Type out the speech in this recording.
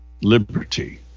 liberty